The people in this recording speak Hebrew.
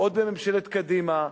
עוד בממשלת קדימה,